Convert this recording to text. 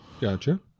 Gotcha